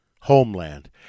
homeland